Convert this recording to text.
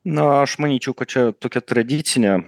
na aš manyčiau kad čia tokia tradicinė